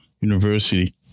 university